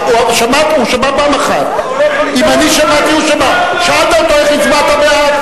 איך הצבעת בעד?